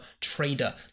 trader